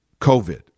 COVID